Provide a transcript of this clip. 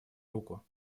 руку